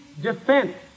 defense